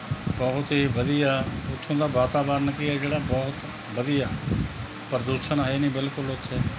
ਬਹੁਤ ਹੀ ਵਧੀਆ ਉੱਥੋਂ ਦਾ ਵਾਤਾਵਰਨ ਕੀ ਹੈ ਜਿਹੜਾ ਬਹੁਤ ਵਧੀਆ ਪ੍ਰਦੂਸ਼ਣ ਹੈ ਹੀ ਨਹੀਂ ਬਿਲਕੁਲ ਉੱਥੇ